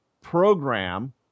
program